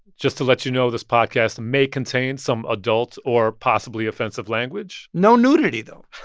just to let you know, this podcast may contain some adult or possibly offensive language no nudity, though